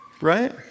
Right